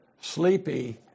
sleepy